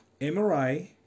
MRI